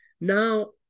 Now